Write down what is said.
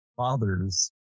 father's